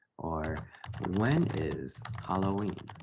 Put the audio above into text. or when is halloween?